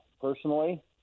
personally